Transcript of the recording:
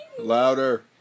Louder